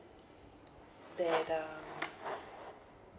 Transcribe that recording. that the